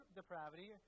depravity